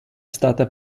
stata